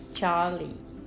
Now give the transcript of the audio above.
Charlie